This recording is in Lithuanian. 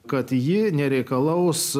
kad ji nereikalaus